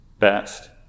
best